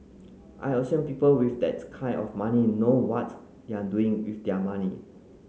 I assume people with that kind of money know what they're doing with their money